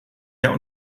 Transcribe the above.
der